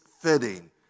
fitting